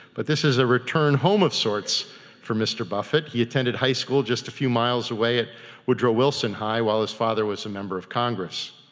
but this is a return home of sorts for mr. buffett. he attended high school just a few miles away at woodrow wilson high while his father was a member of congress.